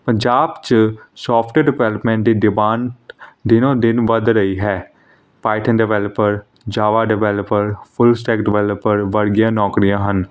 ਪੰਜਾਬ 'ਚ soft development ਦੀ demand ਦਿਨੋਂ ਦਿਨ ਵੱਧ ਰਹੀ ਹੈ Python developer Java developer full stack developer ਵਰਗੀਆਂ ਨੌਕਰੀਆਂ ਹਨ